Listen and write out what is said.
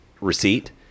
receipt